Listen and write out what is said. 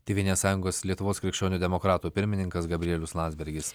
tėvynės sąjungos lietuvos krikščionių demokratų pirmininkas gabrielius landsbergis